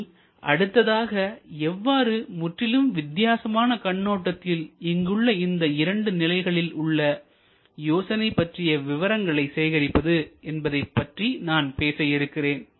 இனி அடுத்ததாக எவ்வாறு முற்றிலும் வித்தியாசமான கண்ணோட்டத்தில் இங்கு உள்ள இந்த இரண்டு நிலைகளில் ஒரு யோசனை பற்றிய விவரங்களை சேகரிப்பது என்பதைப்பற்றி நான் பேச இருக்கிறேன்